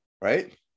right